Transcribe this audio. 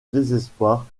désespoir